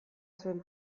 zen